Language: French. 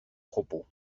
propos